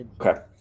Okay